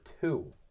two